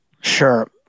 Sure